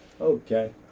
Okay